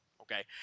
Okay